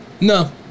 No